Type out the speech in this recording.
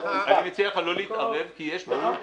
אני מציע לך לא להתערב, כי יש --- כזה,